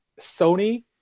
Sony